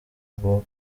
rugo